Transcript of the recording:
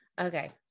Okay